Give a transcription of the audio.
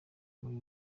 muri